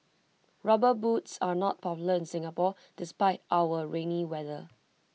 rubber boots are not popular in Singapore despite our rainy weather